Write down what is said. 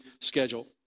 schedule